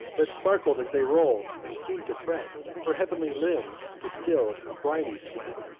that sparkled as they roll'd, and seem'd to threat her heav'nly limbs distill'd a briny sweat.